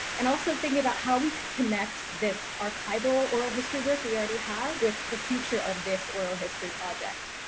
and also thinking about how we could connect this archival oral history work we already have with the future of this oral history project.